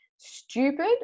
Stupid